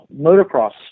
motocross